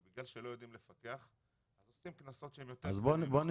בגלל שלא יודעים לפקח צריך לתת קנסות שהם יותר